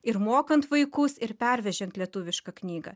ir mokant vaikus ir pervežant lietuvišką knygą